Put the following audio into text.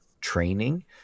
training